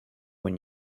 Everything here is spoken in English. when